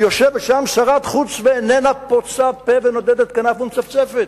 ויושבת שם שרת החוץ ואיננה פוצה פה ונודדת כנף ומצפצפת.